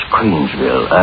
Queensville